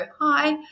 hi